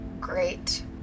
great